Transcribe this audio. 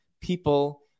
people